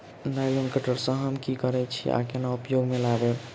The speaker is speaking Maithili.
नाइलोन कटर सँ हम की करै छीयै आ केना उपयोग म लाबबै?